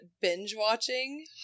binge-watching